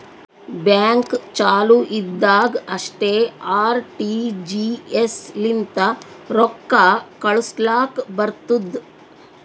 bank ಚಾಲು ಇದ್ದಾಗ್ ಅಷ್ಟೇ ಆರ್.ಟಿ.ಜಿ.ಎಸ್ ಲಿಂತ ರೊಕ್ಕಾ ಕಳುಸ್ಲಾಕ್ ಬರ್ತುದ್